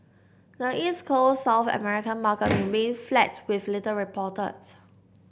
the East Coast South American market remained flat with little reported